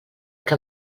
que